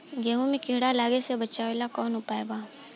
गेहूँ मे कीड़ा लागे से बचावेला कौन उपाय बा?